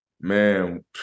Man